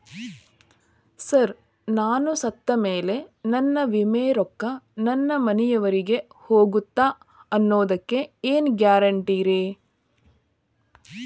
Sir ನಾನು ಸತ್ತಮೇಲೆ ನನ್ನ ವಿಮೆ ರೊಕ್ಕಾ ನನ್ನ ಮನೆಯವರಿಗಿ ಹೋಗುತ್ತಾ ಅನ್ನೊದಕ್ಕೆ ಏನ್ ಗ್ಯಾರಂಟಿ ರೇ?